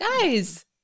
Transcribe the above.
Guys